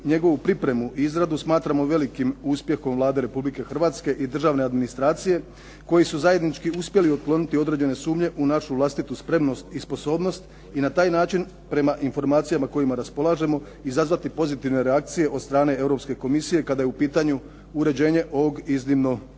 njegovu pripremu i izradu smatramo velikim uspjehom Vlade Republike Hrvatske i državne administracije koji su zajednički uspjeli otkloniti određene sumnje u našu vlastitu spremnost i sposobnost i na taj način prema informacijama kojima raspolažemo izazvati pozitivne reakcije od strane Europske komisije kada je u pitanju uređenje ovog iznimno zahtjevnog